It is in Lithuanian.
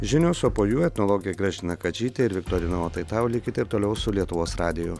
žinios o po jų etnologė gražina kadžytė ir viktorina o tai tau likite ir toliau su lietuvos radiju